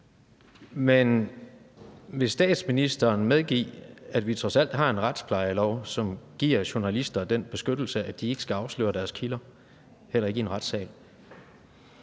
Men vil statsministeren medgive, at vi trods alt har en retsplejelov, som giver journalister den beskyttelse, at de ikke skal afsløre deres kilder, heller ikke i en retssag?